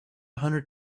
hundred